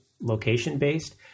location-based